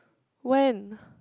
when